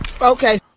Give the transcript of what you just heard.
Okay